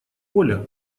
оля